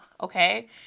okay